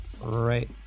right